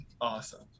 awesome